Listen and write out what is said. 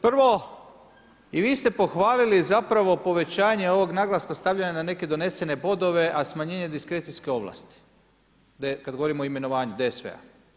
Prvo i vi ste pohvalili zapravo povećanje ovog naglaska, stavljanja na neke donesene bodove, a smanjenje diskrecijske ovlasti kad govorimo o imenovanju DSV-a.